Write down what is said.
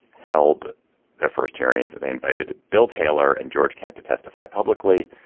held their first hearings they invited bill taylor and george kent to testify publicly.